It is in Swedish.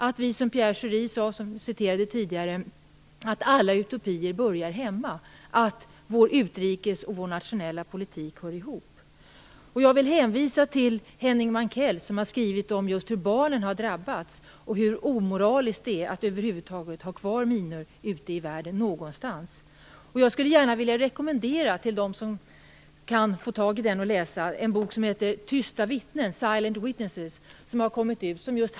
Jag citerade tidigare Pierre Schori - som han sade måste vi se till att alla utopier börjar hemma, att vår utrikespolitik och vår nationella politik hör ihop. Jag vill hänvisa till Henning Mankell som har skrivit just om hur barnen har drabbats och hur omoraliskt det är att ha kvar minor någonstans ute i världen över huvud taget. Jag skulle vilja rekommendera dem som kan få tag i den att läsa en bok som heter Tysta vittnen eller Silent Witnesses.